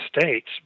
States